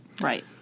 right